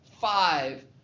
five